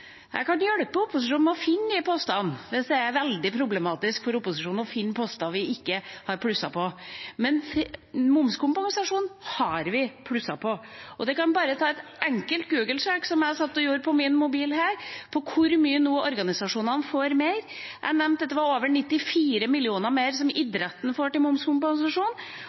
Jeg kan hjelpe opposisjonen med å finne de postene hvis det er veldig problematisk for dem å finne poster vi ikke har plusset på, men momskompensasjonen har vi plusset på. Det er bare å ta et enkelt Google-søk, som jeg satt og gjorde på min mobil her, på hvor mye mer organisasjonene nå får. Jeg nevnte at det var over 94 mill. kr til idretten i momskompensasjon.